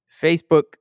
facebook